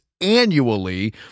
annually